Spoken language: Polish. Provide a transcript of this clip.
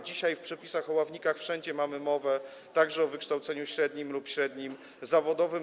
Dzisiaj w przepisach o ławnikach wszędzie mamy mowę także o wykształceniu średnim lub średnim zawodowym.